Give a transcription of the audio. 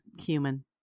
human